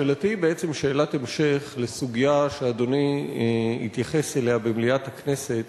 שאלתי היא בעצם שאלת המשך לסוגיה שאדוני התייחס אליה במליאת הכנסת.